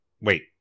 Wait